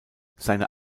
seine